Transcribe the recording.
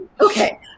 Okay